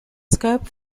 scope